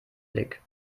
blick